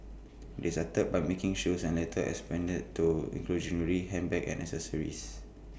they started by making shoes and later expanded to include jewellery handbags and accessories